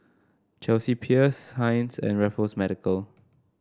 Chelsea Peers Heinz and Raffles Medical